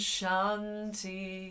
Shanti